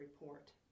report